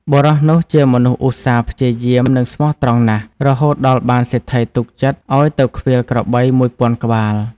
បុរសនោះជាមនុស្សឧស្សាហ៍ព្យាយាម និងស្មោះត្រង់ណាស់ រហូតដល់បានសេដ្ឋីទុកចិត្តឲ្យទៅឃ្វាលក្របី ១០០០ ក្បាល។